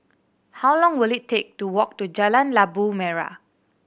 how long will it take to walk to Jalan Labu Merah